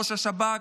ראש השב"כ,